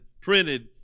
printed